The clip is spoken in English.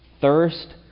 thirst